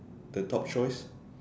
the top choice